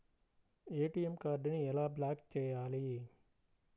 ATM కార్డుని ఎలా block చేయాలి?